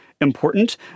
important